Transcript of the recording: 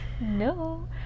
No